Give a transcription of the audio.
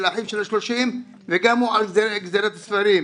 לאחיו יש שלושים וגם הוא על גזלת הספרים.